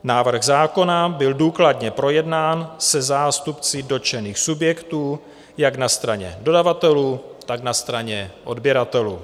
Návrh zákona byl důkladně projednán se zástupci dotčených subjektů jak na straně dodavatelů, tak na straně odběratelů.